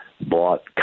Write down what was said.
bought